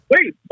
Wait